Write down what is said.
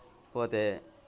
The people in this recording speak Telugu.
పోతే